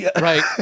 Right